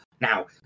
now